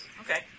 Okay